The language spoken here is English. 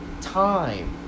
time